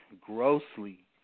grossly